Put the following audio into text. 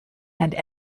and